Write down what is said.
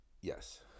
Yes